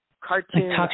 cartoon